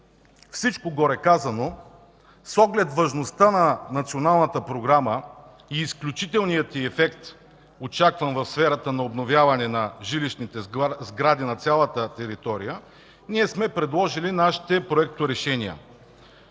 по-горе, с оглед важността на Националната програма и изключителния й ефект, очакван в сферата на обновяване на жилищните сгради на цялата територия, ние сме предложили нашите проекторешения.